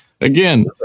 Again